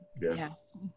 Yes